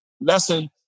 lesson